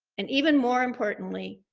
and even more importantly,